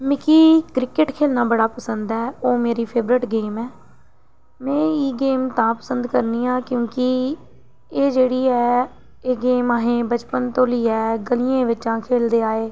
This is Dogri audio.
मिकी क्रिकेट खेलना बड़ा पंसद ऐ ओह् मेरी फेवरेट गेम ऐ में एह् गेम तां पंसद करनी आं क्योंकि एह् जेह्ड़ी ऐ एह् गेम असें बचपन तो लेइयै गलियें बिच्चां खेलदे आए